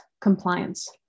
compliance